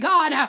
God